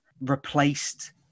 replaced